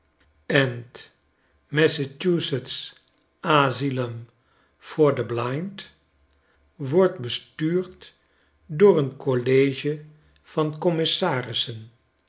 massachusetts asylum for the blind wordt bestuurd door een college van commissarissen